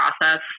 process